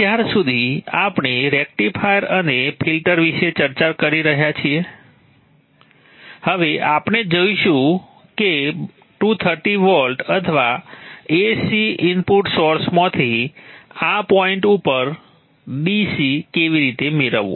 અત્યાર સુધી આપણે રેક્ટિફાયર અને ફિલ્ટર વિશે ચર્ચા કરી છે હવે આપણે જાણીશું કે 230 વોલ્ટ અથવા AC ઇનપુટ સોર્સમાંથી આ પોઈન્ટ ઉપર DC કેવી રીતે મેળવવું